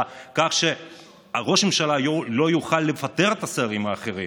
כך שראש הממשלה לא יוכל לפטר את השרים האחרים.